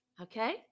Okay